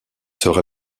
sera